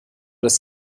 das